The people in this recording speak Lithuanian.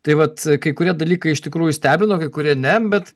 tai vat kai kurie dalykai iš tikrųjų stebino kai kurie ne bet